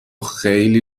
خیلی